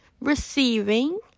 receiving